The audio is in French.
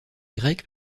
grecque